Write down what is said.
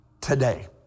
today